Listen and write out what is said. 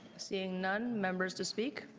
seeing none, members to speak?